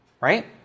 right